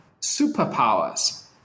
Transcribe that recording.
superpowers